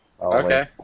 Okay